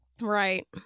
Right